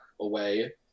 away